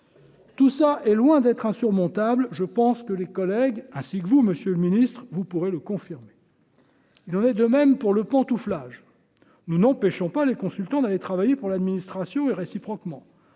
Tout ça est loin d'être insurmontable, je pense que les collègues ainsi que vous Monsieur le Ministre, vous pourrez le confirmer, il en est de même pour le pantouflage, nous n'empêchons pas les consultants d'aller travailler pour l'administration, et réciproquement,